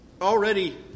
already